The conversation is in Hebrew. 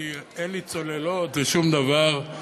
אין לי צוללות ושום דבר.